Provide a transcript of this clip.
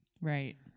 Right